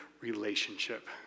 relationship